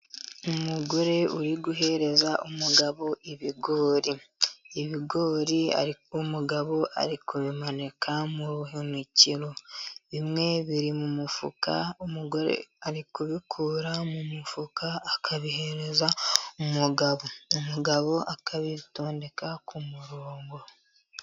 Umugore uri guhereza umugabo ibigori, ibigori umugabo ari kubimanika mu buhunikiro, bimwe biri mu mufuka, umugore ari kubikura mu mufuka akabihereza umugabo akabitondeka ku murongo.